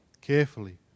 carefully